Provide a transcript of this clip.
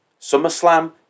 SummerSlam